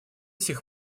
сих